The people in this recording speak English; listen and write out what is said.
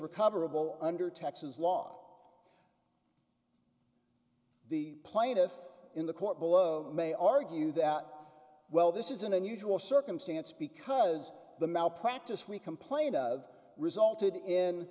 recoverable under texas law the plaintiff in the court below may argue that well this is an unusual circumstance because the malpractise we complained of resulted in